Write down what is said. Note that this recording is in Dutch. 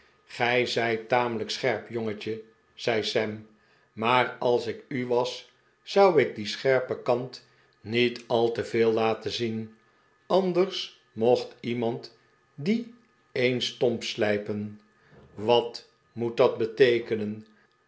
gij zijt tamelijk scherp jongetje zei sam maar als ik u was zou ik dien scherpen kant niet al te veei laten zien anders mocht iemand dien eens stomp slijpen wat moet dat beteekenen